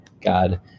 God